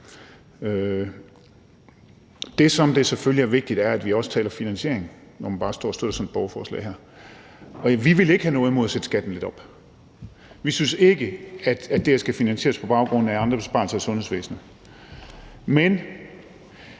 Det, som selvfølgelig er vigtigt, er, at vi også taler finansiering, når man bare står og støtter sådan et borgerforslag her. Vi vil ikke have noget imod at sætte skatten lidt op. Vi synes ikke, at det her skal finansieres på baggrund af andre besparelser i sundhedsvæsenet;